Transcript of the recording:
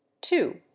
two